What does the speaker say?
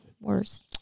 worse